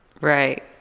Right